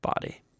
body